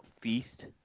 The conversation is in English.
Feast